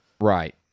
Right